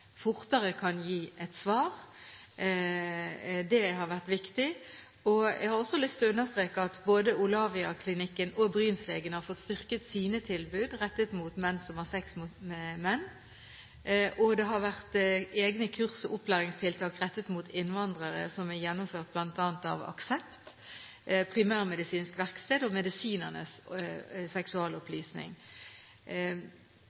fortere kan gi et svar. Det har vært viktig. Jeg har også lyst til å understreke at både Olafiaklinikken og Brynsenglegene har fått styrket sine tilbud rettet mot menn som har sex med menn. Det har vært gjennomført egne kurs og opplæringstiltak rettet mot innvandrere, av bl.a. Aksept og mestring, Primærmedisinsk verksted og